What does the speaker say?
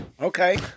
Okay